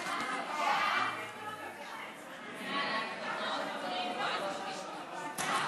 הצעת ועדת הכנסת לתיקון סעיף 84 לתקנון הכנסת נתקבלה.